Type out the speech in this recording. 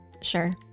sure